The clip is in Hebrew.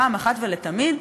אחת ולתמיד,